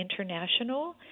International